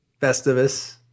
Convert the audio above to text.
Festivus